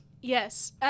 yes